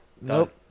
Nope